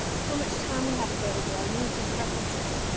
how much time we have available. our needs and preferences.